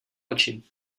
oči